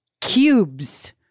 cubes